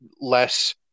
less